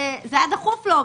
זה היה דחוף לו,